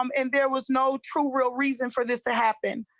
um and there was no true real reason for this to happen